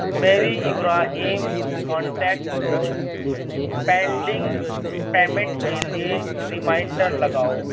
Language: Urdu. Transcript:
میری ابراہیم کانٹیکٹ کو پینڈنگ پیمنٹ کے لیے ریمائنڈر لگاؤ